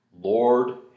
Lord